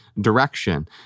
direction